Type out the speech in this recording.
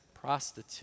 prostitute